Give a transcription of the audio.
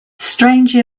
strange